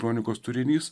kronikos turinys